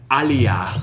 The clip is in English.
alia